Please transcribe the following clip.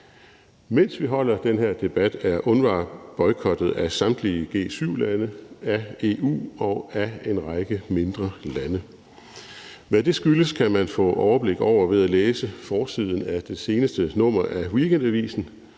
Mens vi holder den her debat, er UNRWA boykottet af samtlige G7-lande, af EU og af en række mindre lande. Hvad det skyldes, kan man få overblik over ved at læse forsiden af det seneste nummer af Weekendavisen.